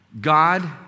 God